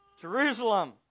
Jerusalem